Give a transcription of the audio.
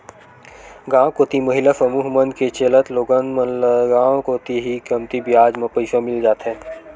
गांव कोती महिला समूह मन के चलत लोगन मन ल गांव कोती ही कमती बियाज म पइसा मिल जाथे